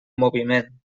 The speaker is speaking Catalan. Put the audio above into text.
moviment